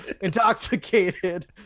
intoxicated